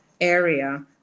area